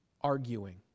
arguing